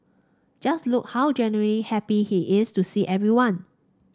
just look how genuinely happy he is to see everyone